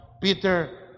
Peter